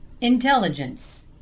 intelligence